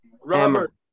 Robert